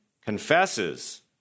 confesses